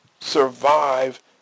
survive